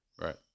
Right